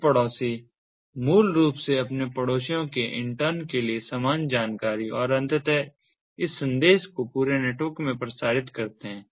ये पड़ोसी मूल रूप से अपने पड़ोसियों के इंटर्न के लिए समान जानकारी और अंततः इस संदेश को पूरे नेटवर्क में प्रसारित करते हैं